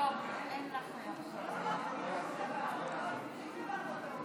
של תובענה בגין עבירת מין),